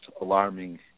alarming